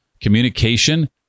communication